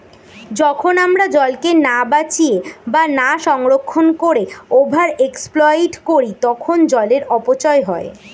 যখন আমরা জলকে না বাঁচিয়ে বা না সংরক্ষণ করে ওভার এক্সপ্লইট করি তখন জলের অপচয় হয়